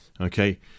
okay